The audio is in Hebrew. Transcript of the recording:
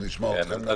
אז נשמע אתכם.